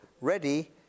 ready